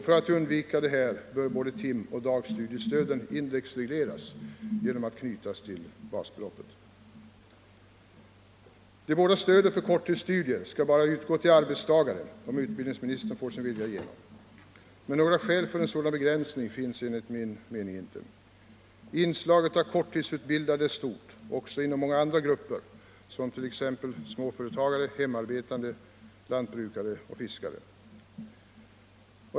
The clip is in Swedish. För att undvika detta bör både timoch dagstudiestöden indexregleras genom att knytas till basbeloppet. De båda stöden för korttidsstudier skall bara utgå till arbetstagare, om utbildningsministern får sin vilja igenom. Men några skäl för en SO 35 sådan begränsning finns enligt min mening inte. Inslaget av korttidsutbildade är stort också inom många andra grupper som t.ex. småföretagare, hemarbetande, lantbrukare och fiskare.